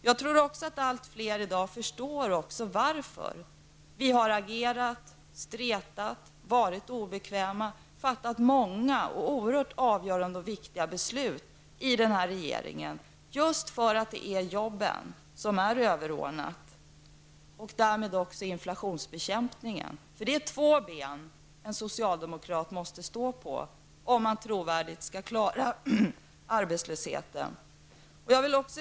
Jag tror att allt fler i dag förstår varför vi har agerat, stretat, varit obekväma och fattat många och oerhört avgörande beslut; det är just därför att arbetena är det som är överordnat. Det gäller också inflationsbekämpningen, eftersom det är två ben som en socialdemokrat måste stå på, om arbetslösheten skall kunna klaras på ett trovärdigt sätt.